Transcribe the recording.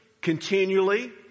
continually